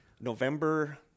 November